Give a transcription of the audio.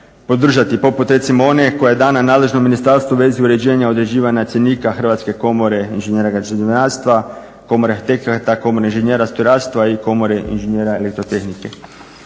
podržati, poput recimo one koja je dana nadležnom ministarstvu u vezi uređenja određivanja cjenika Hrvatske komore inženjera građevinarstva, Komore arhitekata, Komore inženjera strojarstva i Komore inženjera elektrotehnike.